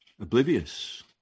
oblivious